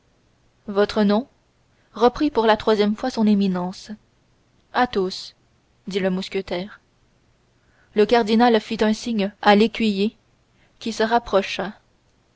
votre nom reprit pour la troisième fois son éminence athos dit le mousquetaire le cardinal fit un signe à l'écuyer qui se rapprocha